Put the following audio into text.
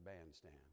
bandstand